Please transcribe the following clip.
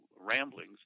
ramblings